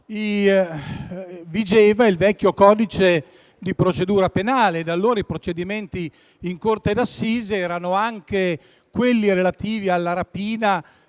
vigeva il vecchio codice di procedura penale. Allora i procedimenti in corte d'assise erano anche quelli relativi alla rapina